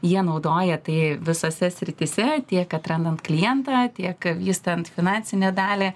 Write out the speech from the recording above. jie naudoja tai visose srityse tiek atrandant klientą tiek vystant finansinę dalį